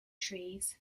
trees